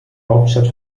hauptstadt